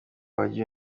wagiye